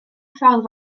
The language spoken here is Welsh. ffordd